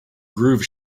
groove